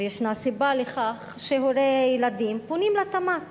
ושישנה סיבה לכך שהורי ילדים פונים לתמ"ת